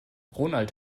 ronald